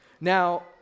Now